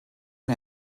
mir